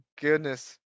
goodness